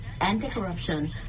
anti-corruption